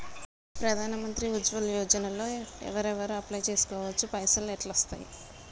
ప్రధాన మంత్రి ఉజ్వల్ యోజన లో ఎవరెవరు అప్లయ్ చేస్కోవచ్చు? పైసల్ ఎట్లస్తయి?